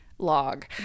log